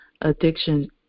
addiction